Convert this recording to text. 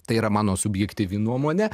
tai yra mano subjektyvi nuomonė